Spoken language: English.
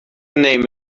name